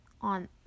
on